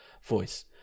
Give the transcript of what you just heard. Voice